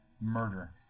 murder